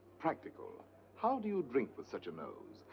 practical how do you drink with such a nose?